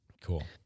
Cool